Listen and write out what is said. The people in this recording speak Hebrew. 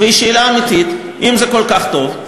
והיא שאלה אמיתית, אם זה כל כך טוב,